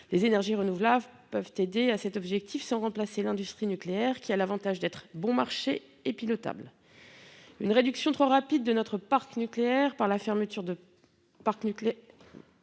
Les énergies renouvelables peuvent contribuer à cet objectif, mais elles ne peuvent pas remplacer l'industrie nucléaire qui a l'avantage d'être bon marché et pilotable. Une réduction trop rapide de notre parc nucléaire par la fermeture de réacteurs